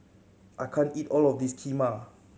I can't eat all of this Kheema